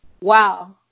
wow